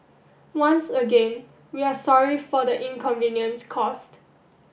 once again we are sorry for the inconvenience caused